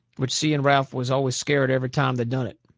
which si and ralph was always scared every time they done it.